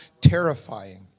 terrifying